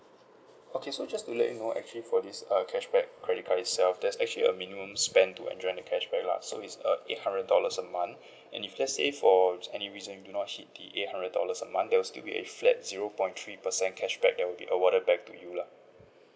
okay so just to let you know actually for this uh cashback credit card itself there's actually a minimum spend to enjoy the cashback lah so it's a eight hundred dollars a month and if let's say for any reason do not hit the eight hundred dollars a month there will still be a flat zero point three percent cashback that will be awarded back to you lah